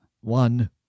One